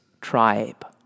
tribe